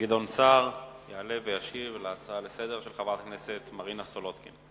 גדעון סער יעלה וישיב על ההצעה לסדר-היום של חברת הכנסת מרינה סולודקין.